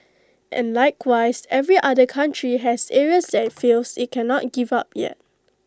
and likewise every other country has areas that IT feels IT cannot give up yet